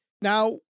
now